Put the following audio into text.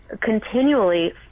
continually